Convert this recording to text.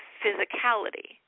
physicality